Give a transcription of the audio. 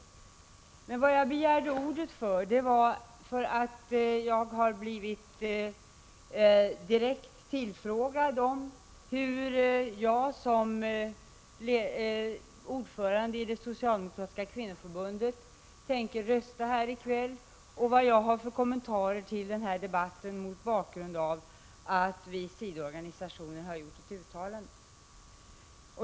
Anledningen till att jag begärde ordet var att jag blivit direkt tillfrågad hur jag som ordförande i Socialdemokratiska kvinnoförbundet tänker rösta i kväll och vad jag har för kommentarer till debatten mot bakgrund av att vi i sidoorganisationerna har gjort ett uttalande.